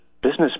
business